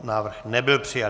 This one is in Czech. Návrh nebyl přijat.